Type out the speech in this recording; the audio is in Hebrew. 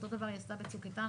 אותו דבר היא עשתה בצוק איתן.